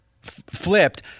flipped –